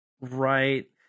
Right